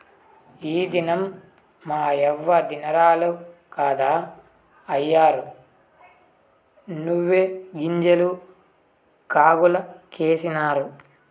ఈ దినం మాయవ్వ దినారాలు కదా, అయ్యోరు నువ్వుగింజలు కాగులకేసినారు